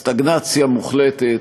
סטגנציה מוחלטת.